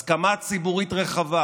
הסכמה ציבורית רחבה,